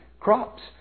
crops